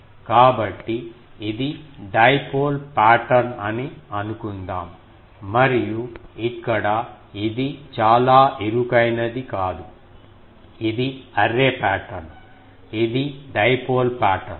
కాబట్టి ఇది dipole pattern అని అనుకుందాం మరియు ఇక్కడ ఇది చాలా ఇరుకైనది కాదు ఇది అర్రే పాటర్న్ ఇది డైపోల్ పాటర్న్